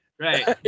right